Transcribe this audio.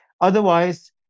otherwise